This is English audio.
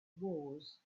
wars